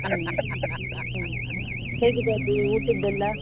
ಹ್ಞೂ ಹ್ಞೂ ಹೇಗಿದೆ ಅಲ್ಲಿ ಊಟದ್ದೆಲ್ಲ